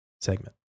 segment